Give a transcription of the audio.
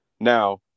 Now